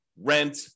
rent